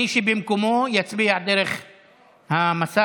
מי שבמקומו יצביע דרך המסך,